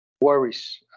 worries